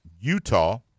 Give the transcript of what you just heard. Utah